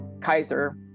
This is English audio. Kaiser